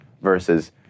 Versus